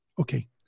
Okay